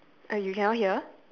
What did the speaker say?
uh you cannot hear